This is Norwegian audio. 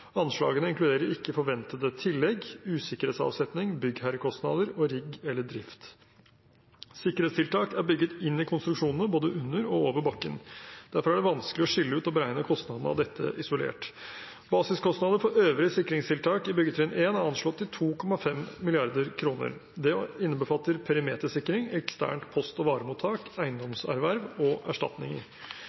Anslagene inkluderer ikke forventede tillegg, usikkerhetsavsetning, byggherrekostnader og rigg eller drift. Sikkerhetstiltak er bygget inn i konstruksjonene både under og over bakken. Derfor er det vanskelig å skille ut og beregne kostnadene av dette isolert. Basiskostnadene for øvrige sikkerhetstiltak i byggetrinn 1 er anslått til 2,5 mrd. kr. Det innbefatter perimetersikring, eksternt post- og varemottak, eiendomserverv og